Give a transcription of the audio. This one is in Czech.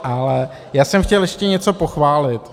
Ale já jsem chtěl ještě něco pochválit.